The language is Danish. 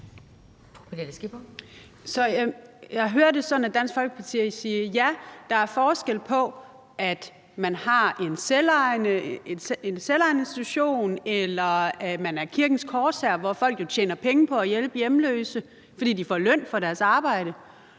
at man i Dansk Folkeparti siger: Ja, der er forskel på en selvejende institution eller Kirkens Korshær, hvor folk jo tjener penge på at hjælpe hjemløse, fordi de får løn for deres arbejde,